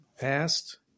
past